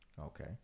Okay